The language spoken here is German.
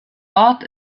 ort